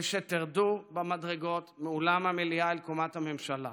כשתרדו במדרגות מאולם המליאה אל קומת הממשלה,